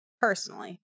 personally